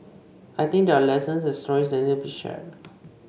I think there are lessons and stories that need to be shared